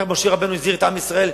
איך משה רבנו הזכיר את עם ישראל?